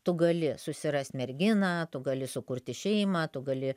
tu gali susirast merginą tu gali sukurti šeimą tu gali